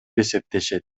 эсептешет